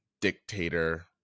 dictator